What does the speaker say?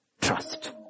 trust